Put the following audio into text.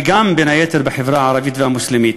ובין היתר בחברה הערבית והמוסלמית.